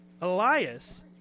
Elias